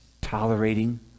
tolerating